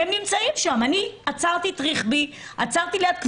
אני עצרתי את רכבי,